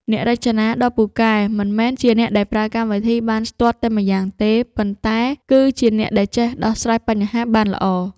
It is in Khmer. អ្នករចនាដ៏ពូកែមិនមែនជាអ្នកដែលប្រើកម្មវិធីបានស្ទាត់តែម្យ៉ាងទេ ប៉ុន្តែគឺជាអ្នកដែលចេះដោះស្រាយបញ្ហាបានល្អ។